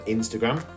Instagram